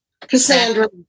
Cassandra